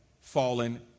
fallen